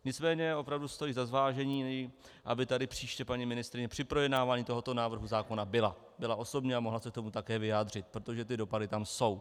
Nicméně opravdu stojí za zvážení, aby tady příště paní ministryně při projednávání tohoto návrhu zákona byla osobně a mohla se k tomu také vyjádřit, protože ty dopady tam jsou.